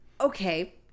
okay